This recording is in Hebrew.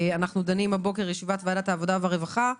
על סדר-היום ישיבת ועדת העבודה והרווחה,